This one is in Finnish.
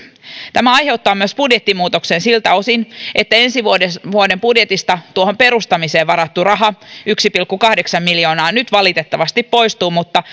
tämä aiheuttaa myös budjettimuutoksen siltä osin että ensi vuoden vuoden budjetista tuohon perustamiseen varattu raha yksi pilkku kahdeksan miljoonaa nyt valitettavasti poistuu mutta